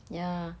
ya